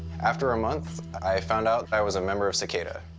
after a month, i found out i was a member of cicada.